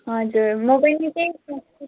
हजुर म पनि त्यही सोच्छु